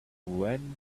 when